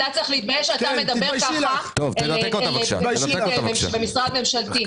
אתה צריך להתבייש שאתה מדבר ככה לפקיד במשרד ממשלתי.